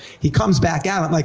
he comes back out, i'm like,